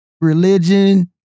religion